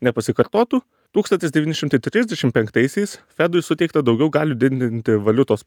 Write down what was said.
nepasikartotų tūkstantis devyni šimtai trisdešim penktaisiais fedui suteikta daugiau galių didinti valiutos